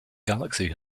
galaxy